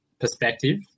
perspective